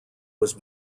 was